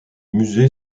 musée